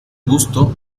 busto